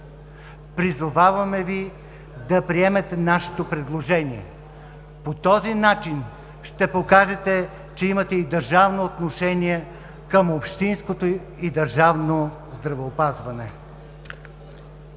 Призоваваме Ви да приемете нашето предложение. По този начин ще покажете, че имате и държавно отношение към общинското и държавно здравеопазване.